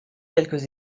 quelques